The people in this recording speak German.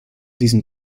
diesen